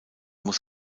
muss